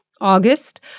August